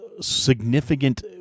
significant